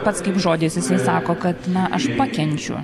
pats kaip žodis jisai sako kad na aš pakenčiu